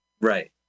Right